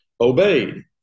obeyed